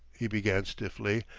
he began stiffly,